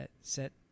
set